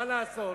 מה לעשות?